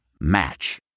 Match